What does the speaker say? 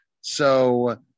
So-